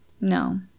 No